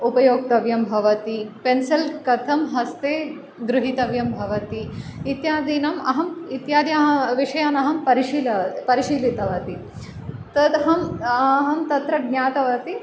उपयोक्तव्यं भवति पेन्सिल् कथं हस्ते गृहीतव्यं भवति इत्यादीनाम् अहं इत्यादि वषयान् अहं परिशल परिशीलितवती तदहम् आहं तत्र ज्ञातवती